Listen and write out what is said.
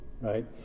Right